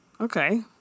Okay